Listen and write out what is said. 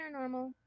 paranormal